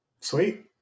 sweet